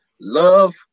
love